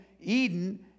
Eden